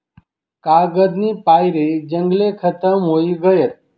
कागदनी पायरे जंगले खतम व्हयी गयात